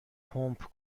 پمپ